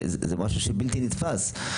זה דבר בלתי נתפס.